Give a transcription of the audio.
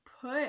put